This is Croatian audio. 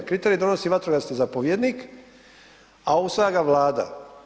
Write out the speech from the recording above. Kriteriji donosi vatrogasni zapovjednik, a usvaja ga Vlada.